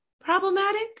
problematic